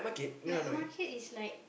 night market is like